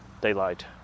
Daylight